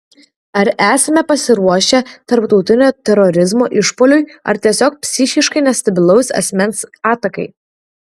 ar esame pasiruošę tarptautinio terorizmo išpuoliui ar tiesiog psichiškai nestabilaus asmens atakai